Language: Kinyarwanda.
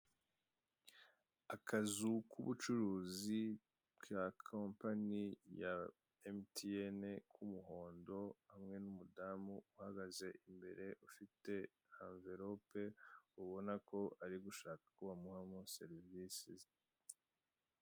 Akazu k'ubucuruzi ka kampani ya emutiyene k'umuhondo hamwe n'umudamu uhaze imbere ufite amvorope ubona ko ari shaka ko bamuhamo serivise.